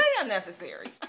unnecessary